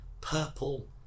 purple